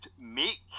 make